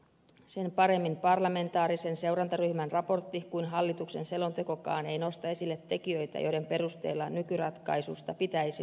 sen paremmin parlamentaarisen seurantaryhmän raportti kuin hallituksen selontekokaan ei nosta esille tekijöitä joiden perusteella nykyratkaisusta pitäisi luopua